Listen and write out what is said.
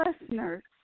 listeners